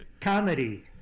comedy